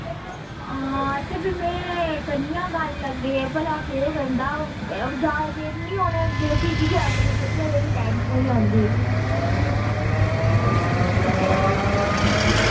आं ते भी में करनी आं गल्ल अग्गें ते भला केह् बनदा ओह् जादै चिर निं औना अग्गें अगले पेपर दी बी टेंशन होई जंदी